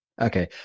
okay